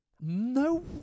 no